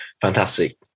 fantastic